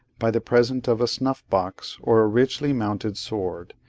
by the present of a snuff-box, or a richly mounted sword,